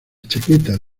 chaqueta